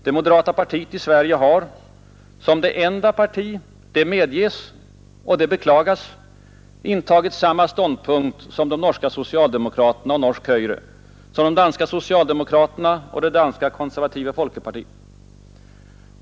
Det moderata partiet i Sverige har — som det enda partiet, det medges och det beklagas — i detta hänseende intagit samma ståndpunkt som de norska socialdemokraterna och norsk hoyre, som de danska socialdemokraterna och det danska konservativa folkepartiet.